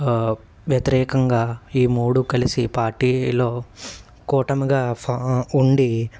వ్యతిరేకంగా ఈ మూడు కలిసి పార్టీలో కూటమిగా ఫా ఉండి